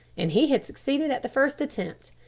and he had succeeded at the first attempt.